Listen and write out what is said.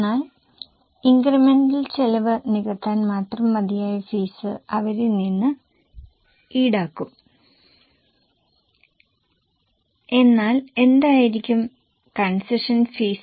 എന്നാൽ ഇൻക്രിമെന്റൽ ചെലവ് നികത്താൻ മാത്രം മതിയായ ഫീസ് അവരിൽ നിന്ന് ഈടാക്കും എന്നാൽ എന്തായിരിക്കും കൺസെഷൻ ഫീസ്